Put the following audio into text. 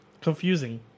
Confusing